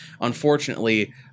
unfortunately